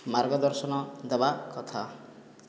ମାର୍ଗଦର୍ଶନ ଦେବା କଥା